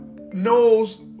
knows